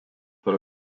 tarp